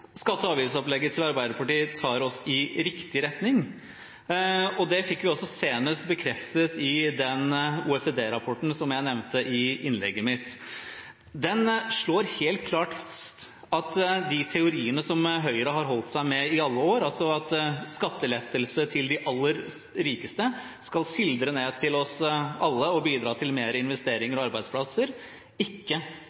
skatte- og avgiftsopplegget til Arbeiderpartiet tar oss i riktig retning, og det fikk vi også senest bekreftet i den OECD-rapporten som jeg nevnte i innlegget mitt. Den slår helt klart fast at de teoriene som Høyre har holdt seg med i alle år, altså at skattelettelse til de aller rikeste skal sildre ned til oss alle og bidra til